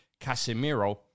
Casemiro